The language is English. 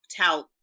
tout